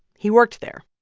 he worked there.